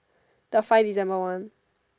the five December one